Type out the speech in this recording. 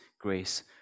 grace